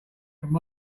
from